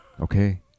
Okay